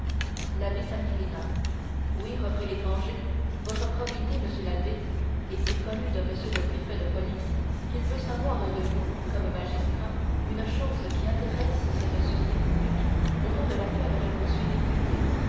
l'abbé s'inclina oui reprit l'étranger votre probité monsieur l'abbé est si connue de m le préfet de police qu'il veut savoir de vous comme magistrat une chose qui intéresse cette sûreté publique au nom de laquelle je vous suis député